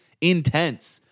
intense